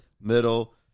middle